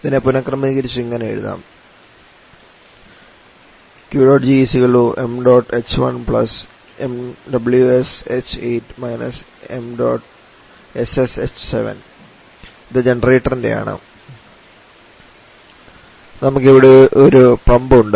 ഇതിനെ പുനക്രമീകരിച്ചു ഇങ്ങനെ എഴുതാം ഇത് ജനറേറ്റർൻറെ ആണ് നമുക്ക് ഇവിടെ ഒരു പമ്പ് ഉണ്ട്